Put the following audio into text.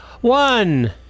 one